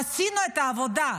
עשינו את העבודה,